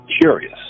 curious